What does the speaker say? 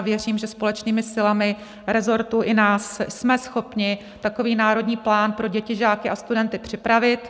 Věřím, že společnými silami resortů i nás jsme schopni takový národní plán pro děti, žáky a studenty připravit.